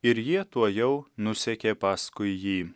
ir jie tuojau nusekė paskui jį